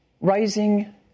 rising